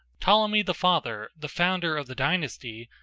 ptolemy the father, the founder of the dynasty,